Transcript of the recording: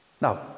Now